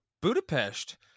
Budapest